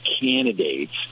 candidates